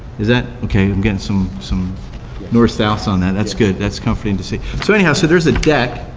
is that, okay, i'm getting some some more stats on that, that's good, that's comforting to see. so anyhow, so there's a deck